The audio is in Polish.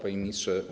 Panie Ministrze!